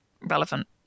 relevant